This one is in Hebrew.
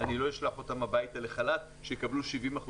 לא אשלח אותם הביתה לחל"ת שיקבלו 70%